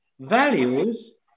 values